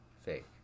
Fake